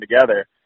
together